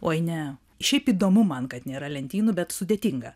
oi ne šiaip įdomu man kad nėra lentynų bet sudėtinga